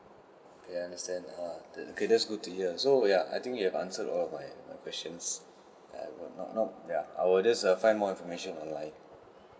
okay I understand err that okay that's good to hear so ya I think you have answered all of my my questions I will not not ya I will just err find more information online